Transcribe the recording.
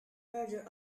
murder